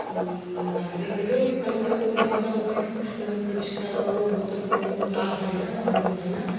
বাজারে গেলে ওই পানি যখন দেখলাম ও পানিটা খুব সুন্দর পরিষ্কার বা ওর বোতল কোনোদিন লাল হয় না বা হলুদ হয় না